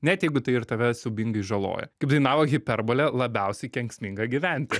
net jeigu tai ir tave siaubingai žaloja kaip dainavo hiperbolė labiausiai kenksminga gyventi